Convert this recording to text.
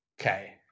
Okay